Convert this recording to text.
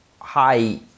high